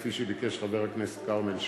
כפי שביקש חבר הכנסת כרמל שאמה,